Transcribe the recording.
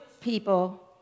people